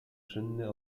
czynny